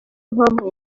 mpamvu